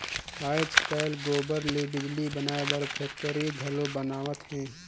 आयज कायल गोबर ले बिजली बनाए बर फेकटरी घलो बनावत हें